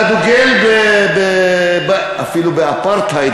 אתה דוגל אפילו באפרטהייד,